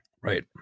Right